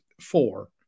four